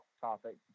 topic